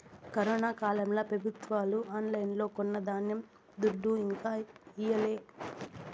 corona కాలంల పెబుత్వాలు ఆన్లైన్లో కొన్న ధాన్యం దుడ్డు ఇంకా ఈయలే